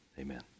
amen